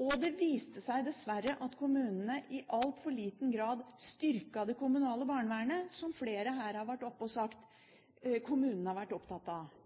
og det viste seg dessverre at kommunene i altfor liten grad styrket det kommunale barnevernet, som flere her har vært oppe og sagt at kommunene har vært opptatt av.